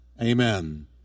Amen